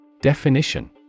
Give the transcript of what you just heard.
Definition